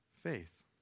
faith